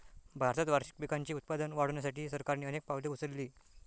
भारतात वार्षिक पिकांचे उत्पादन वाढवण्यासाठी सरकारने अनेक पावले उचलली